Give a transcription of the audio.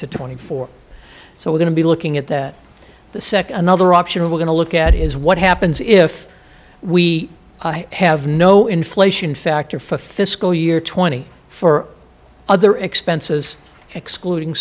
to twenty four so we're going to be looking at that the second another option we're going to look at is what happens if we have no inflation factor for fiscal year twenty four other expenses excluding